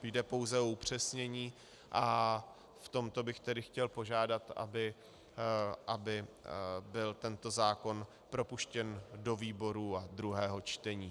Jde pouze o upřesnění a v tomto bych chtěl požádat, aby byl tento zákon propuštěn do výborů a druhého čtení.